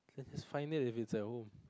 then just find it if it's at home